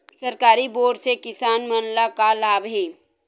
सरकारी बोर से किसान मन ला का लाभ हे?